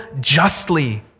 justly